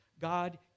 God